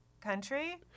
country